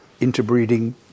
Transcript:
interbreeding